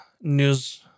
news